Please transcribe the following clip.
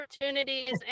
opportunities